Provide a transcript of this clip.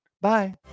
Bye